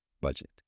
budget